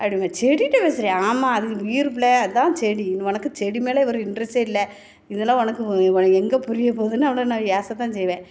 அப்படிம்பேன் செடிகிட்ட பேசுகிறியா ஆமாம் அதுங்களுக்கு உயிர் பிள்ள அதுதான் செடி உனக்கு செடி மேலே ஒரு இன்ட்ரெஸ்ட்டே இல்லை இதெல்லாம் உனக்கு எங்கே புரிய போகுதுனு அவளை நான் ஏச தான் செய்வேன்